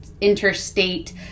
interstate